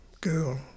girl